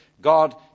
God